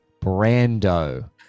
brando